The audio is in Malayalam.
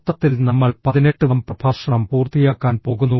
മൊത്തത്തിൽ നമ്മൾ 18 ാം പ്രഭാഷണം പൂർത്തിയാക്കാൻ പോകുന്നു